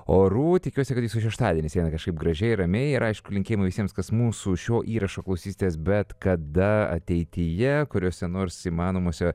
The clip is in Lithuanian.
orų tikiuosi kad jūsų šeštadienis kažkaip gražiai ramiai ir aišku linkėjimai visiems kas mūsų šio įrašo klausysitės bet kada ateityje kuriuose nors įmanomose